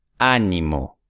Ánimo